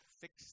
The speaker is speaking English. fix